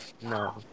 No